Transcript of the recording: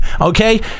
okay